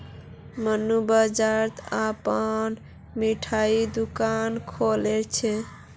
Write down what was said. मन्नू बाजारत अपनार मिठाईर दुकान खोलील छ